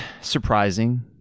surprising